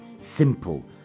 Simple